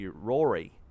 Rory